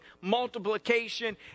multiplication